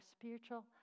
spiritual